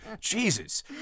Jesus